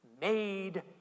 made